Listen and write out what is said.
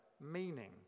meaning